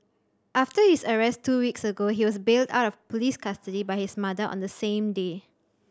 after his arrest two weeks ago he was bailed out of police custody by his mother on the same day